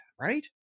right